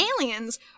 Aliens